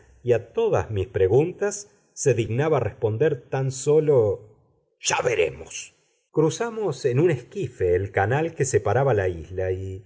y a todas mis preguntas se dignaba responder tan sólo ya veremos cruzamos en un esquife el canal que separaba la isla y